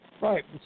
Right